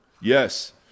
Yes